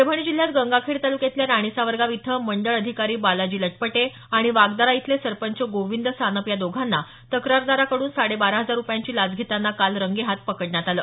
परभणी जिल्ह्यात गंगाखेड तालुक्यातल्या राणीसावरगांव इथं मंडळ अधिकारी बालाजी लटपटे आणि वाघदरा इथले सरपंच गोविंद सानप या दोघांना तक्रारदाराकडून साडेबारा हजार रुपयांची लाच घेतांना काल रंगेहाथ पकडण्यात आलं